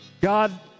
God